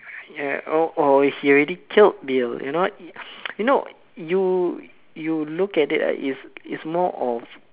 ya or he already killed Bill you know you know you you look at ah it's it's more of